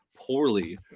poorly